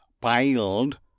piled